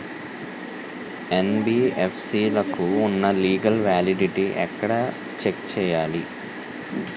NBFC లకు ఉన్నా legal validity ఎక్కడ చెక్ చేయాలి?